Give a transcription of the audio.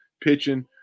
pitching